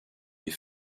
est